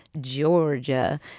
Georgia